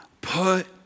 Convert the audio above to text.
put